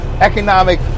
economic